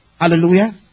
Hallelujah